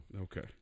Okay